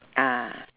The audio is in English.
ah